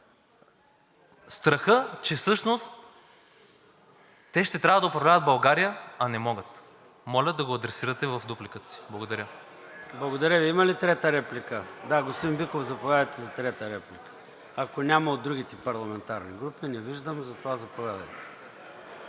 страха, че всъщност те ще трябва да управляват България, а не могат. Моля да го адресирате в дупликата си. Благодаря. ПРЕДСЕДАТЕЛ ЙОРДАН ЦОНЕВ: Благодаря Ви. Има ли трета реплика? Да, господин Биков, заповядайте за трета реплика, ако няма от другите парламентарни групи. Не виждам, заповядайте.